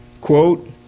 quote